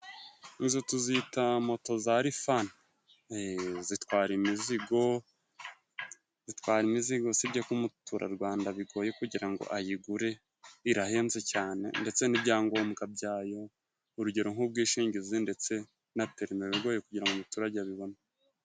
Izo tuzita moto za rifani zitwara imizigo, zitwara imizigo usibye ko umuturarwanda bigoye kugira ngo ayigure, irahenze cyane ndetse n'ibyangombwa byayo, urugero nk'ubwishingizi ndetse na perimi biba bigoye kugira ngo umuturage abibone.